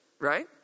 right